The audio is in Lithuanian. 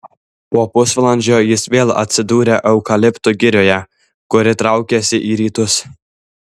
po pusvalandžio jis vėl atsidūrė eukaliptų girioje kuri traukėsi į rytus